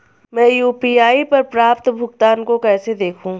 मैं यू.पी.आई पर प्राप्त भुगतान को कैसे देखूं?